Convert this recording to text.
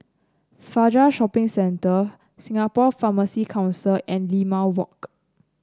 Fajar Shopping Center Singapore Pharmacy Council and Limau Walk